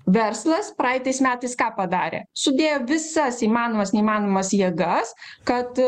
verslas praeitais metais ką padarė sudėjo visas įmanomas neįmanomas jėgas kad